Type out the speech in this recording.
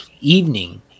evening